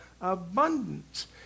abundance